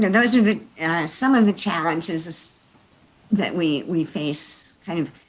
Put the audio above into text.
those are some of the challenges that we we face kind of,